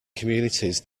communities